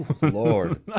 Lord